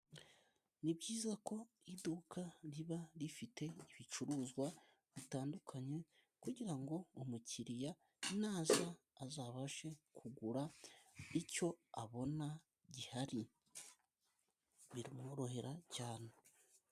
Ni byiza ko iduka riba rifite ibicuruzwa bitandukanye, kugira ngo umukiriya naza, azabashe kugura icyo abona gihari biramworohera cyane.